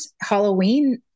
halloween